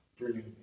brilliant